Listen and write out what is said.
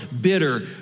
bitter